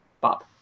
Bob